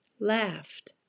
laughed